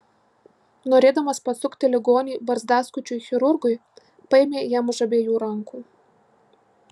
norėdamas pasukti ligonį barzdaskučiui chirurgui paėmė jam už abiejų rankų